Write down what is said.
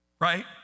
Right